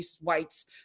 White's